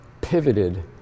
pivoted